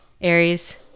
Aries